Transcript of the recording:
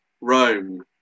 Rome